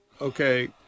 okay